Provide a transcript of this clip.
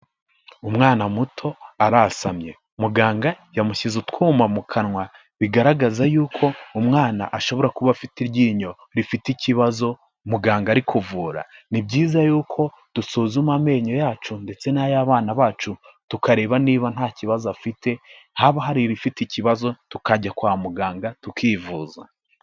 Umwana muto arasamye. Muganga yamushyize utwuma mu kanwa bigaragaza yuko umwana ashobora kuba afite iryinyo rifite ikibazo muganga ari kuvura ni byiza yuko dusuzuma amenyo yacu ndetse n'ay'abana bacu tukareba niba nta kibazo afite haba hari ibifite ikibazo tukajya kwa muganga tukivuza.